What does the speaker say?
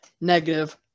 negative